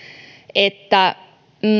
että